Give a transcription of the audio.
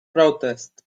protest